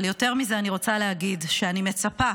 אבל יותר מזה, אני רוצה להגיד שאני מצפה